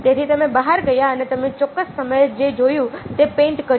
તેથી તમે બહાર ગયા અને તમે ચોક્કસ સમયે જે જોયું તે પેઇન્ટ કર્યું